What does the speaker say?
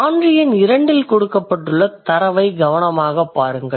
சான்று எண் 2 இல் கொடுக்கப்பட்டுள்ள தரவை கவனமாக பாருங்கள்